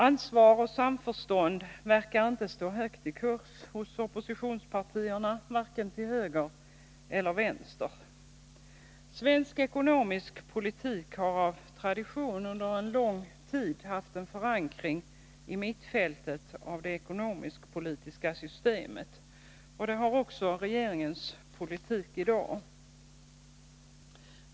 Ansvar och samförstånd verkar inte stå högt i kurs hos oppositionspartierna, varken till höger eller till vänster. Svensk ekonomisk politik har av tradition under en lång tid haft en förankring i mittfältet av det ekonomisk-politiska systemet. Det har också regeringens politik i dag.